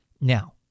Now